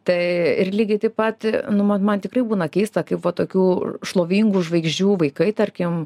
tai ir lygiai taip pat nuvat man tikrai būna keista kaip vat tokių šlovingų žvaigždžių vaikai tarkim